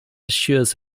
assures